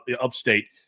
Upstate